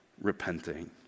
repenting